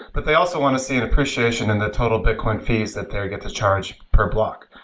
but they also want to see an appreciation in the total bitcoin fees that they get to charge per block,